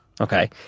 okay